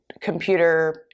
computer